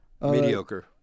Mediocre